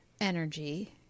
energy